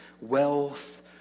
wealth